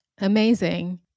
Amazing